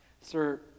Sir